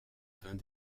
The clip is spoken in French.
vingt